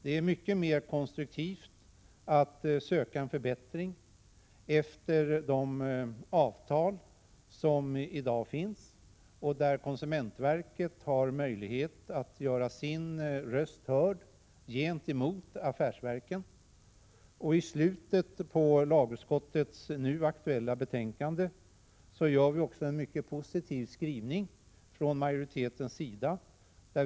Det är mycket mer konstruktivt att söka åstadkomma en förbättring genom de avtal som i dag finns. Konsumentverket har då möjlighet att göra sin röst hörd gentemot affärsverken. I slutet på lagutskottets nu aktuella betänkande gör vi också en mycket positiv skrivning från majoritetens sida.